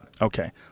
Okay